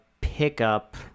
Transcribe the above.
pickup